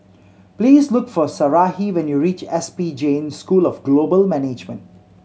please look for Sarahi when you reach S P Jain School of Global Management